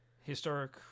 historic